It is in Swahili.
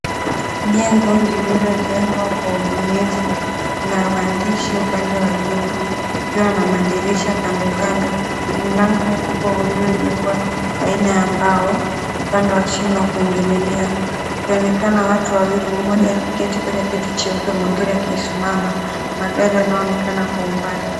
Jengo lililojengwa kwa ubunifu na maandishi upande wa juu likiwa na madirisha kando kando. Mlango mkubwa uliojengwa aina ya mbao, upande wa chini wa kuingililia kukionekana watu wawili mmoja akiketi kwenye kiti cheupe mwengine kusimama, magari yanayoonekana kwa umbali.